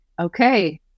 okay